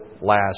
last